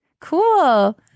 Cool